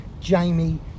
Jamie